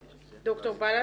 ד"ר בלס.